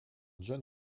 john